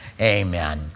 Amen